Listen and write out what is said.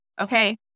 Okay